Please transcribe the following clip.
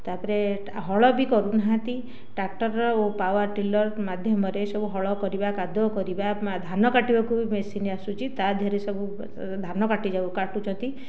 ତାପରେ ହଳ ବି କରୁନାହାଁନ୍ତି ଟ୍ରାକ୍ଟରର ଓ ପାୱାରଟିଲର ମାଧ୍ୟମରେ ସବୁ ହଳ କରିବା କାଦୁଅ କରିବା ଧାନ କାଟିବାକୁ ବି ମେସିନ୍ ଆସୁଛି ତାଦିହରେ ସବୁ ଧାନ କାଟିଯାଉ କାଟୁଛନ୍ତି